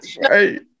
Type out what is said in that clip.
Right